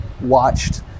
watched